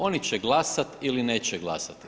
Oni će glasati ili neće glasati.